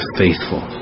faithful